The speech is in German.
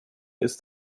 ist